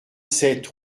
sept